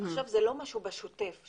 זה לא משהו בשוטף,